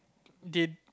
they